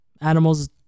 Animals